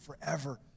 forever